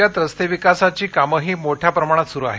राज्यात रस्ते विकासांची कामेही मोठ्या प्रमाणात सुरू आहेत